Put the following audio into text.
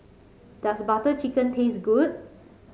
does Butter Chicken taste good